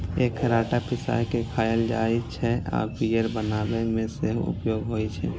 एकर आटा पिसाय के खायल जाइ छै आ बियर बनाबै मे सेहो उपयोग होइ छै